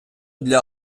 для